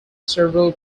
several